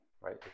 right